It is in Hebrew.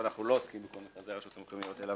אבל אנחנו לא עוסקים בכל מכרזי הרשויות המקומיות אלא